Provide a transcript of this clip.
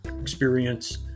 experience